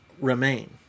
remain